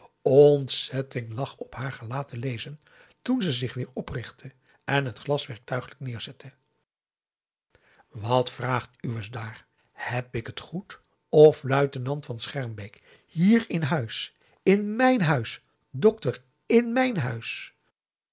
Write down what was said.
ontzetting lag op haar gelaat te lezen toen ze zich weer oprichtte en t glas werktuiglijk neerzette wat vraagt uwes daar heb ik het goed of luitenant van schermbeek hier in huis in mijn huis dokter in m i